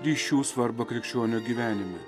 ryšių svarbą krikščionio gyvenime